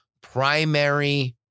primary